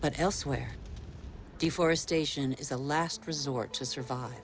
but elsewhere deforestation is a last resort to survive